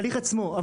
להליך עצמו.